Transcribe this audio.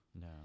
no